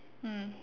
mm